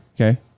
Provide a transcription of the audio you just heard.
Okay